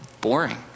boring